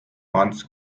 ants